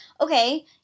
Okay